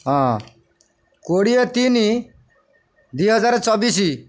ହଁ କୋଡ଼ିଏ ତିନି ଦୁଇହଜାର ଚବିଶ